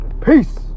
Peace